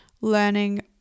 learning